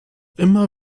immer